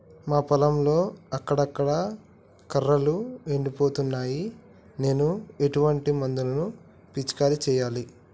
మా పొలంలో అక్కడక్కడ కర్రలు ఎండిపోతున్నాయి నేను ఎటువంటి మందులను పిచికారీ చెయ్యాలే?